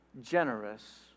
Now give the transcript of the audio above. generous